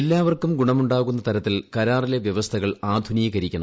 എല്ലാവർക്കും ഗുണമുണ്ടാകുന്ന തരത്തിൽ കരാറിലെ വ്യവസ്ഥകൾ ആധുനീകരിക്കണം